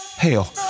Hell